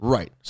Right